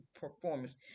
performance